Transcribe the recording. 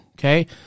Okay